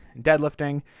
deadlifting